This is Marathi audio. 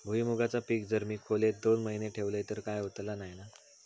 भुईमूगाचा पीक जर मी खोलेत दोन महिने ठेवलंय तर काय होतला नाय ना?